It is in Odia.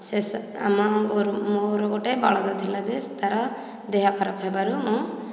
ସେ ସ ଆମ ଗୋରୁ ମୋର ଗୋଟିଏ ବଳଦ ଥିଲା ଯେ ତାର ଦେହ ଖରାପ ହେବାରୁ ମୁଁ